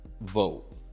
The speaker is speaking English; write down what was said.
vote